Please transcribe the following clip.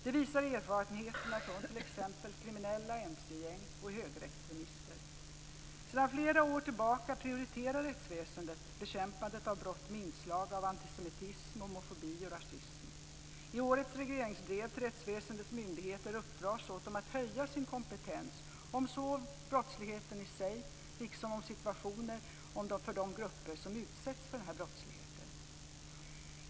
Det visar erfarenheterna från t.ex. kriminella mc-gäng och högerextremister. Sedan flera år tillbaka prioriterar rättsväsendet bekämpandet av brott med inslag av antisemitism, homofobi och rasism. I årets regleringsbrev till rättsväsendets myndigheter uppdras åt dessa att höja sin kompetens när det gäller såväl brottsligheten i sig som situationen för de grupper som utsätts för brottsligheten.